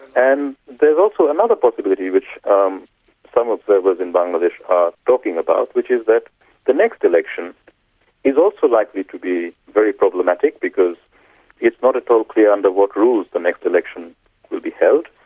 and also another possibility which um some observers in bangladesh are talking about, which is that the next election is also likely to be very problematic because it's not at all clear under what rules the next election will be held.